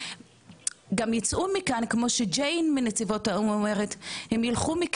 ייצאו מכאן כמו שג'יין מנציבות האו"ם אומרת,